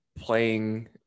playing